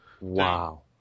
Wow